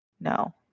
No